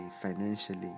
financially